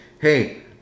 Hey